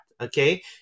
okay